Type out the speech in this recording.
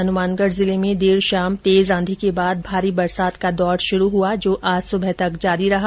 हनुमानगढ़ जिले में देर शाम तेज आंधी के बाद भारी बरसात का दौर शुरू हुआ जो आज सुबह तक जारी रहा